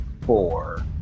four